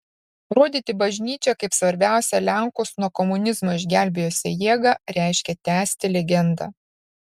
rodyti bažnyčią kaip svarbiausią lenkus nuo komunizmo išgelbėjusią jėgą reiškia tęsti legendą